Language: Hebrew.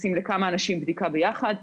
עושים לכמה אנשים בדיקה ביחד.